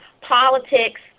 politics